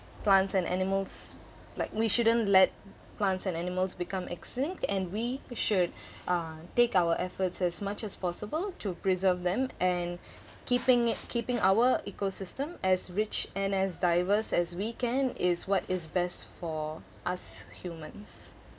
plants and animals like we shouldn't let plants and animals become extinct and we should uh take our efforts as much as possible to preserve them and keeping it keeping our ecosystem as rich and as diverse as we can is what is best for us humans